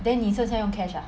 then 你剩下用 cash ah